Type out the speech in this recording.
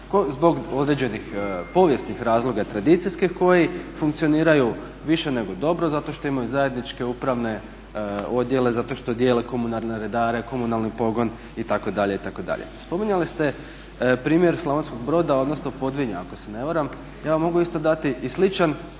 zbog određenih povijesnih razloga i tradicijskih koji funkcioniraju više nego dobro zato što imaju zajedničke upravne odjele, zato što dijele komunalne redare, komunalni pogon itd. itd. Spominjali ste primjer Slavonskog broda, odnosno Podvinja ako se ne varam. Ja vas mogu isto dati i sličan